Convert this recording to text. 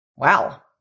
Wow